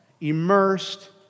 immersed